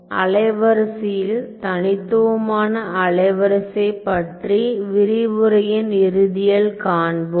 அலைவரிசையில் தனித்துவமான அலைவரிசை பற்றி விரிவுரையின் இறுதியில் காண்போம்